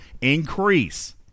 increase